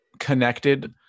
connected